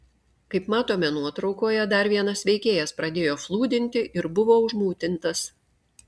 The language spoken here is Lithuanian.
kaip matome nuotraukoje dar vienas veikėjas pradėjo flūdinti ir buvo užmutintas